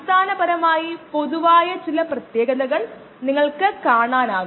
പിന്നെ നമ്മൾ സാധാരണ ബയോ റിയാക്റ്റർ തരങ്ങൾ നോക്കി